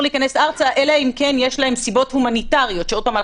להיכנס ארצה אלא אם כן יש להם סיבות הומניטריות שעוד פעם,